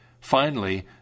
Finally